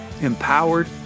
empowered